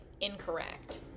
incorrect